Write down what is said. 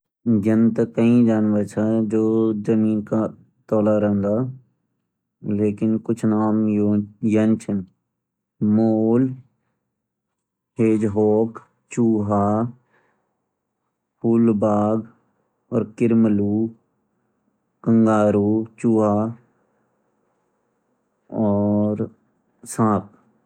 यन ता कई जानवर छा जो जमीन का तोला रहन्दा लेकिन कुछ ना यन छिन मोल चूहा फूल बाघ और किरमलु साँप